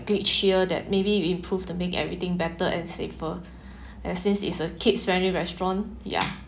glitch here that maybe you improve to make everything better and safer and since it's a kids friendly restaurant ya